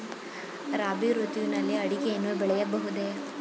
ರಾಬಿ ಋತುವಿನಲ್ಲಿ ಅಡಿಕೆಯನ್ನು ಬೆಳೆಯಬಹುದೇ?